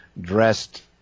dressed